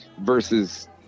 versus